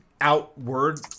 outward